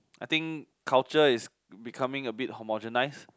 I think culture is becoming a bit homogenised